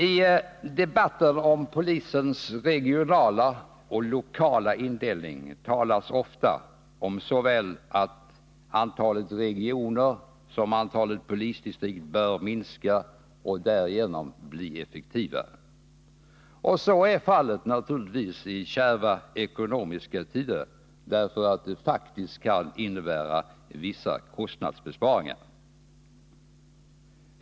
I debatten om polisens regionala och lokala indelning talas ofta om att såväl regioner som polisdistrikt bör minska i antal och därigenom bli effektivare. Och så är naturligtvis fallet i kärva ekonomiska tider, därför att det faktiskt kan innebära vissa kostnadsbesparingar.